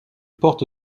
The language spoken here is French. porte